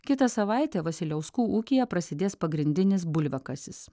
kitą savaitę vasiliauskų ūkyje prasidės pagrindinis bulviakasis